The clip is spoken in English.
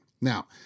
Now